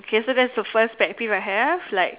okay so that's the first pet peeve I have like